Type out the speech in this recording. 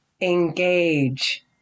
engage